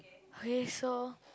okay so